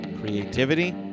Creativity